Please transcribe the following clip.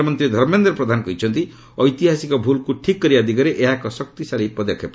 କେନ୍ଦ୍ରମନ୍ତ୍ରୀ ଧର୍ମେନ୍ଦ୍ର ପ୍ରଧାନ କହିଛନ୍ତି ଐତିହାସିକ ଭୁଲ୍କୁ ଠିକ୍ କରିବା ଦିଗରେ ଏହା ଏକ ଶକ୍ତିଶାଳୀ ପଦକ୍ଷେପ